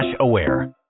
aware